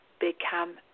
become